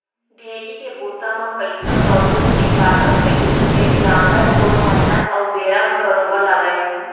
ढेंकी के बूता म पइसा कउड़ी तो नइ लागत रहिस फेर जांगर टोर मेहनत अउ बेरा ह बरोबर लागय